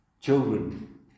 children